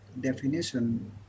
definition